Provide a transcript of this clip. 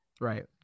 right